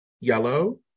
yellow